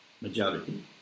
majority